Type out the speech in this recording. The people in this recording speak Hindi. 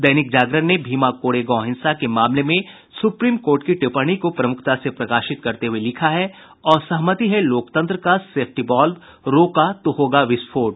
दैनिक जागरण ने भीमा कोरे गांव हिंसा के मामले में सुप्रीम कोर्ट की टिप्पणी को प्रमुखता से प्रकाशित करते हुये लिखा है असहमति है लोकतंत्र का सेफ्टी वॉल्व रोका तो होगा विस्फोट